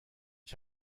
ich